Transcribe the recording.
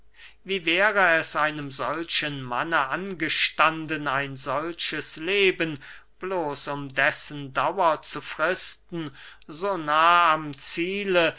wie wäre es einem solchen manne angestanden ein solches leben bloß um dessen dauer zu fristen so nah am ziele